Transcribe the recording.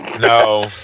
No